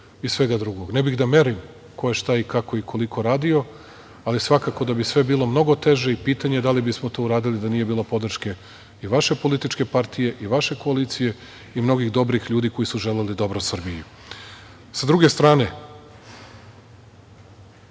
i svega drugog. Ne bih da merim ko je šta, kako i koliko radio, ali svakako da bi sve bilo mnogo teže i pitanje je da li bismo to uradili da nije bilo podrške i vaše političke partije i vaše koalicije i mnogih dobrih ljudi koji su želeli dobro Srbiji. Sa druge strane,